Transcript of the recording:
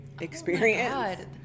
experience